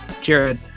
Jared